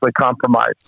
compromised